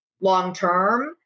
long-term